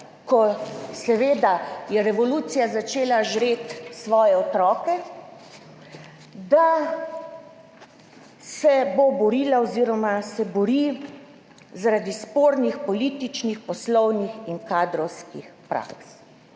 ko seveda je revolucija začela žreti svoje otroke, da se bo borila oziroma se bori zaradi spornih političnih, poslovnih in kadrovskih praks.